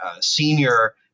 senior